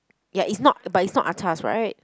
ya it's not but it's not atas right